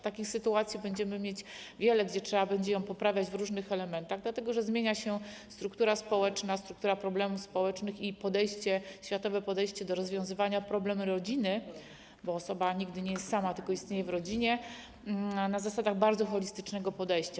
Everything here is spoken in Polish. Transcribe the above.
Takich sytuacji będziemy mieć wiele, gdzie trzeba będzie ją poprawiać w różnych elementach, dlatego że zmienia się struktura społeczna, struktura problemów społecznych i światowe podejście do rozwiązywania problemów rodziny, bo osoba nigdy nie jest sama, tylko istnieje w rodzinie, na zasadach bardzo holistycznego podejścia.